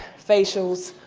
facials,